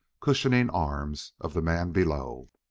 cushioning arms of the man below.